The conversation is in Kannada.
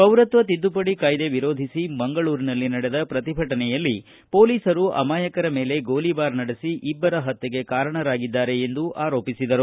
ಪೌರತ್ವ ತಿದ್ದುಪಡಿ ಕಾಯ್ದೆ ವಿರೋಧಿಸಿ ಮಂಗಳೂರಿನಲ್ಲಿ ನಡೆದ ಪ್ರತಿಭಟನೆಯಲ್ಲಿ ಪೊಲೀಸರು ಅಮಾಯಕರ ಮೇಲೆ ಗೋಲಿಬಾರ ನಡೆಸಿ ಇಬ್ಬರ ಹತ್ಯೆಗೆ ಕಾರಣರಾಗಿದ್ದಾರೆ ಎಂದು ಆರೋಪಿಸಿದರು